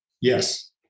Yes